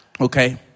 Okay